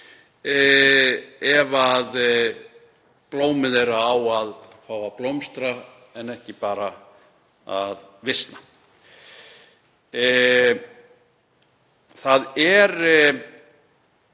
ef blómið þeirra á að fá að blómstra en ekki bara að visna. Það er